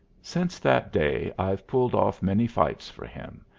since that day i've pulled off many fights for him,